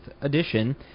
edition